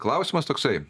klausimas toksai